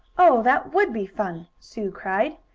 oh, that would be fun! sue cried.